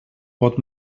pot